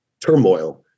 turmoil